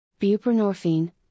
Buprenorphine